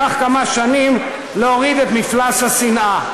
ייקח כמה שנים להוריד את מפלס השנאה.